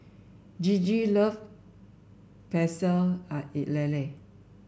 Gigi loves Pecel Lele